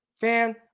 fan